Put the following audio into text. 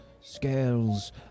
scales